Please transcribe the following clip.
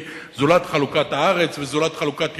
זולת חלוקת הארץ וזולת חלוקת ירושלים,